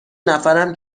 نفرم